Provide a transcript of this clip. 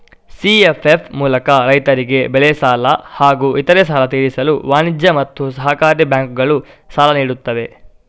CFF ಮೂಲಕ ರೈತರಿಗೆ ಬೆಳೆ ಸಾಲ ಹಾಗೂ ಇತರೆ ಸಾಲ ತೀರಿಸಲು ವಾಣಿಜ್ಯ ಮತ್ತು ಸಹಕಾರಿ ಬ್ಯಾಂಕುಗಳು ಸಾಲ ನೀಡುತ್ತವೆ